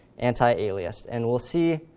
antialiased. and we'll see,